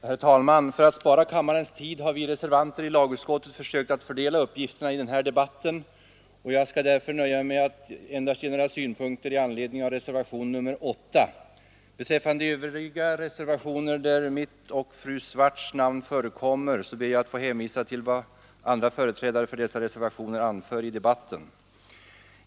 Herr talman! För att spara kammarledamöternas tid har vi reservanter i lagutskottet försökt att fördela uppgifterna i denna debatt, och jag skall därför nöja mig med att anföra några synpunkter i anslutning till reservationen 8. Beträffande övriga reservationer där mitt och fru Swartz” namn förekommer ber jag att få hänvisa till vad andra företrädare för dessa reservationer anför i debatten.